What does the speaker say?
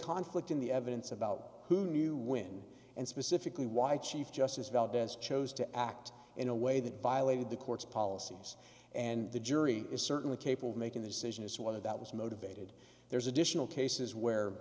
conflict in the evidence about who knew when and specifically why chief justice valdez chose to act in a way that violated the court's policies and the jury is certainly capable of making the decision as to whether that was motivated there's additional cases where